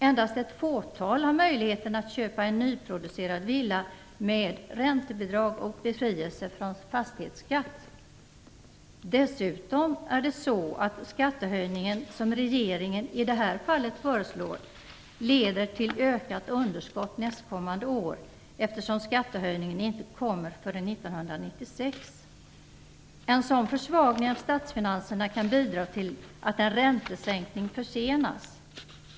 Endast ett fåtal har möjligheten att köpa en nyproducerad villa med räntebidrag och befrielse från fastighetsskatt. Dessutom leder den skattehöjning som regeringen i det här fallet föreslår till ökat underskott nästkommande år, eftersom skattehöjningen inte kommer förrän 1996. En sådan försvagning av statsfinanserna kan bidra till att en räntesänkning försenas.